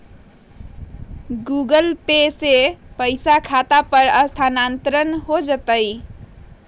Google pay से पईसा खाता पर स्थानानंतर हो जतई?